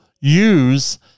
use